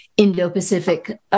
Indo-Pacific